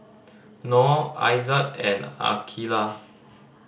Nor Aizat and Aqeelah